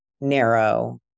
narrow